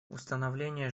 установление